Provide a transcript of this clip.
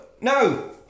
no